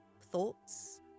thoughts